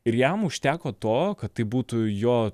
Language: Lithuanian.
ir jam užteko to kad tai būtų jo